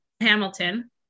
hamilton